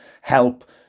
help